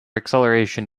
acceleration